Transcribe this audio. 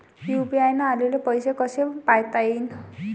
UPI न आलेले पैसे मले कसे पायता येईन?